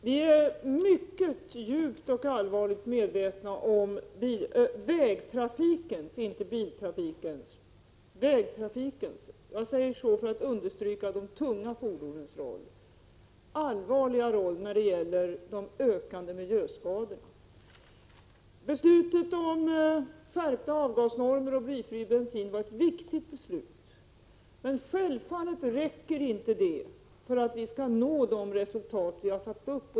Herr talman! Vi är mycket djupt och allvarligt medvetna om vägtrafikens, inte biltrafikens roll — jag säger det för att understryka de tunga fordonens roll — när det gäller de ökande miljöskadorna. Beslutet om en skärpning av avgasnormerna och införande av blyfri bensin var ett viktigt beslut, men självfallet räcker inte det för att vi skall nå de mål som vi har ställt upp.